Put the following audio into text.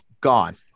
gone